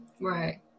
Right